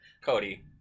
Cody